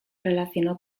relacionó